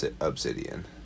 Obsidian